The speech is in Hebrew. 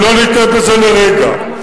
שלא נטעה בזה לרגע.